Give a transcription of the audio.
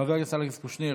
חבר הכנסת אלכס קושניר,